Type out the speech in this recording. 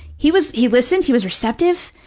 he was, he listened, he was receptive,